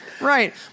Right